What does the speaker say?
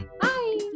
Bye